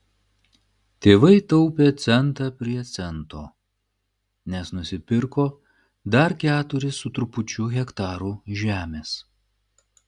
tėvai taupė centą prie cento nes nusipirko dar keturis su trupučiu hektarų žemės